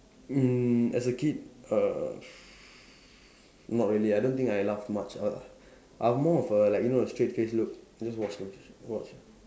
mm as a kid uh not really I don't think I laugh much ah I more of a like you know the straight face look just watch those watch